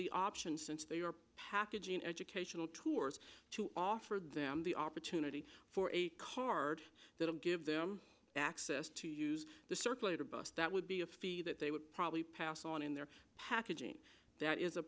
the option since they are packaging educational tours to offer them the opportunity for a card that will give them access to use the circulator bus that would be a fee that they would probably pass on in their packaging that is a